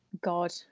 God